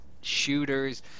shooters